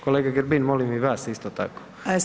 Kolega Grbin, molim i vas isto tako.